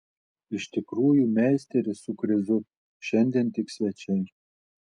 iš tikrųjų meisteris su krizu šiandien tik svečiai